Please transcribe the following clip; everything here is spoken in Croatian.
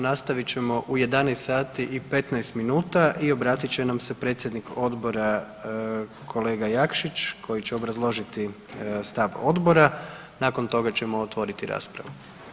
Nastavit ćemo u 11 sati i 15 minuta i obratit će nam se predsjednik Odbora, kolega Jakšić koji će obrazložiti stav Odbora, nakon toga ćemo otvoriti raspravu.